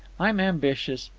i'm ambitious.